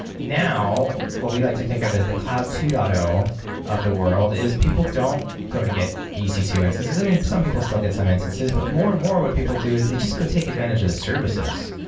now what we like to think of as the cloud two point zero of the world is people don't go to get e c two instances. i mean, some people still get some instances, but more and more what people do is they just go take advantage of the services.